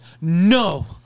no